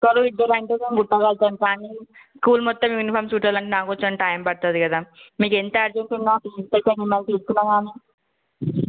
కానీ ఇద్దరివి అంటే కుట్టగలుగుతాం కానీ స్కూల్ మొత్తం యూనిఫామ్స్ కుట్టాలంటే నాకు కొంచెం టైం పడుతుంది కదా మీకు ఎంత అర్జెంట్ ఉన్నా తీసుకున్నా కానీ